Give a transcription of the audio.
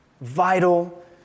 vital